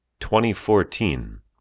2014